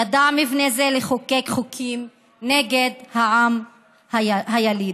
ידע מבנה זה לחוקק חוקים נגד העם היליד.